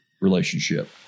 relationship